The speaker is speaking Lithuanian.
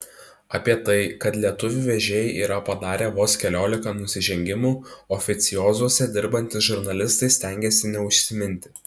apie tai kad lietuvių vežėjai yra padarę vos keliolika nusižengimų oficiozuose dirbantys žurnalistai stengiasi neužsiminti